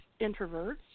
introverts